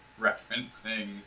referencing